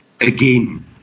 again